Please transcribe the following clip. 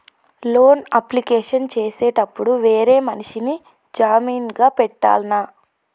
Loan application చేసేటప్పుడు వేరే మనిషిని జామీన్ గా పెట్టాల్నా?